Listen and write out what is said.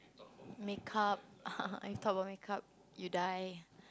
makeup I talk about makeup you die